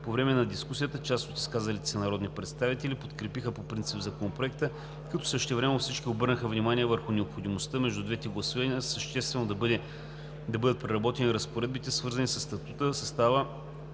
По време на дискусията част от изказалите се народни представители подкрепиха по принцип Законопроекта, като същевременно всички обърнаха внимание върху необходимостта между двете гласувания съществено да бъдат преработени разпоредбите, свързани със статута, състава,